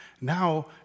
now